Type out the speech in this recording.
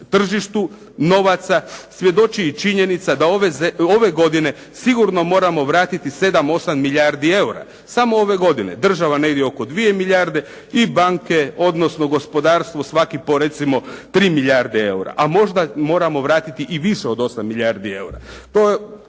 tržištu novaca, svjedoči i činjenica da ove godine sigurno moramo vratiti 7, 8 milijardi eura. Samo ove godine. država negdje oko 2 milijarde i banke, odnosno gospodarstvo svaki po recimo 3 milijarde eura, a možda moramo vratiti i više od 8 milijardi eura.